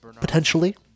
potentially